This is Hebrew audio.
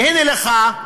והנה לך,